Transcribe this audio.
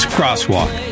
Crosswalk